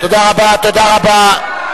תודה רבה, תודה רבה.